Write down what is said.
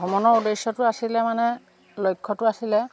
ভ্ৰমণৰ উদ্দেশ্যটো আছিলে মানে লক্ষ্যটো আছিলে